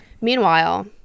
Meanwhile